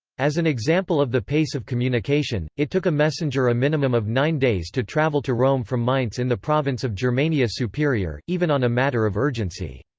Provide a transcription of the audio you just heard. as an example of the pace of communication, it took a messenger a minimum of nine days to travel to rome from mainz in the province of germania superior, even on a matter of urgency.